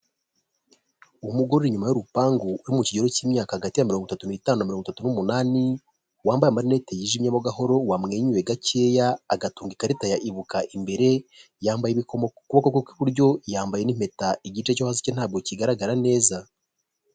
Umugore uri inyuma y'urupangu uri mu kigero cy'imyaka hagati mirongo itatu n'itanu na mirongo itatu n'umunani, wambaye amarinete yijimye mo gahoro wamwenyuye gakeya agatunga ikarita ibuka imbere, yambaye ibikomo ku kuboko kw'iburyo yambaye n'impeta igice cyo hasi cye ntabwo kigaragara neza.